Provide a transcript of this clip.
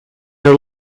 are